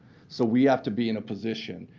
so we have to be in a position.